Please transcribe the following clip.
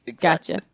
gotcha